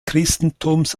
christentums